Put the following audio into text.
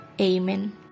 Amen